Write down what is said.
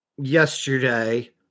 yesterday